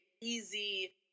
easy